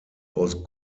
aus